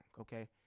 okay